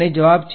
વિદ્યાર્થી 23